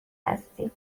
هستی